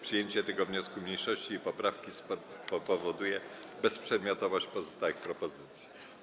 Przyjęcie tego wniosku mniejszości i poprawki spowoduje bezprzedmiotowość pozostałych propozycji.